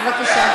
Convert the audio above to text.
בבקשה.